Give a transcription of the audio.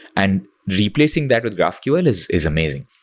and replacing that with graphql is is amazing.